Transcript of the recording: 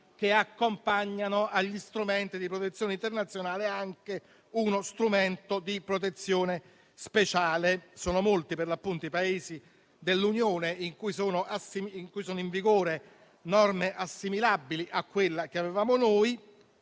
che accompagnano gli strumenti di protezione internazionale anche con uno strumento di protezione speciale. Sono molti, per l'appunto, i Paesi dell'Unione in cui sono in vigore norme assimilabili a quella che avevamo noi.